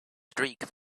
streak